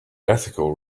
ethical